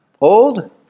old